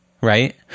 right